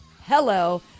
Hello